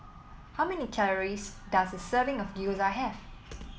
how many calories does a serving of Gyoza Have